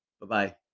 Bye-bye